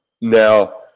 Now